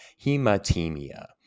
Hematemia